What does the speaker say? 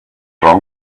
wrong